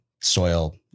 soil